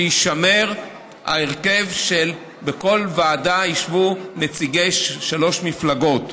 שיישמר ההרכב ושבכל ועדה ישבו נציגי שלוש מפלגות,